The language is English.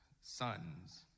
sons